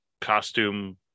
costume